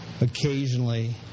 occasionally